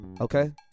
okay